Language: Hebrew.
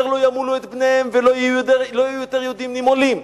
לא ימולו את בניהם ולא יהיו יותר יהודים נימולים,